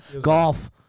Golf